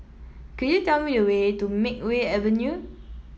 could you tell me the way to Makeway Avenue